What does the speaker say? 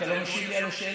ואתה לא משיב לי על השאלה,